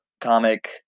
comic